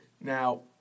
Now